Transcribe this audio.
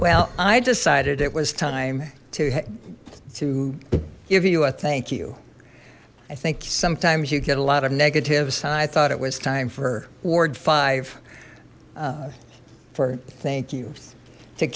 well i decided it was time to to give you a thank you i think sometimes you get a lot of negatives and i thought it was time for ward five for thank you to